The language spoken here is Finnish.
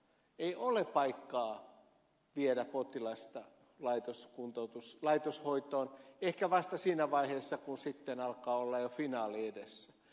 ei ole paikkaa viedä potilasta laitoshoitoon kuin ehkä vasta siinä vaiheessa kun sitten alkaa olla jo finaali edessä